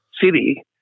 city